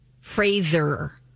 Fraser